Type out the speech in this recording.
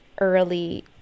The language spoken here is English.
early